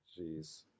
Jeez